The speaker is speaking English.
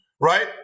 right